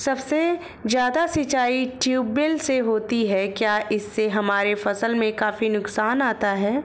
सबसे ज्यादा सिंचाई ट्यूबवेल से होती है क्या इससे हमारे फसल में काफी नुकसान आता है?